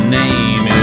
name